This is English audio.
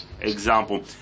example